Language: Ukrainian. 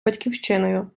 батьківщиною